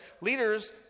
leaders